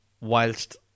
whilst